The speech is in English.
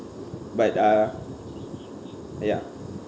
but uh ya